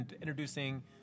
introducing